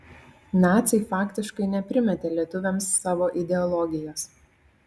naciai faktiškai neprimetė lietuviams savo ideologijos